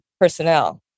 personnel